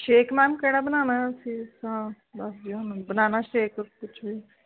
shake ma'am ਕਿਹੜਾ ਬਣਾਉਣਾ ਅਸੀਂ ਹਾਂ ਦੱਸ ਦਿਓ ਬਨਾਨਾ ਸ਼ੇਕ ਪੁੱਛ ਰਹੀ